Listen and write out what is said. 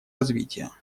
развития